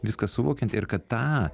viską suvokiant ir kad tą